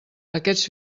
aquests